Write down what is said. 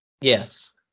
Yes